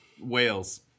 Wales